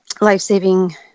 life-saving